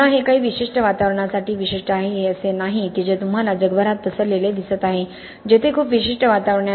पुन्हा हे काही विशिष्ट वातावरणासाठी विशिष्ट आहे हे असे नाही की जे तुम्हाला जगभरात पसरलेले दिसत आहे तेथे खूप विशिष्ट वातावरणे आहेत